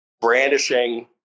brandishing